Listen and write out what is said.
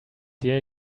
here